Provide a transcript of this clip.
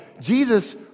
Jesus